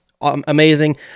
amazing